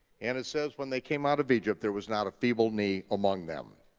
and it says when they came out of egypt, there was not a feeble knee among them.